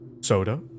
soda